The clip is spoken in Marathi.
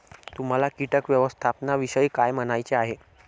तुम्हाला किटक व्यवस्थापनाविषयी काय म्हणायचे आहे?